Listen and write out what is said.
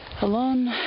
alone